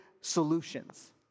solutions